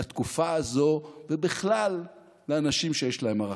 לתקופה הזאת ובכלל לאנשים שיש להם ערכים.